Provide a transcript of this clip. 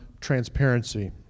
transparency